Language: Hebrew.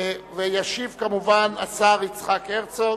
ישיב כמובן השר יצחק הרצוג.